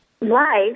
Life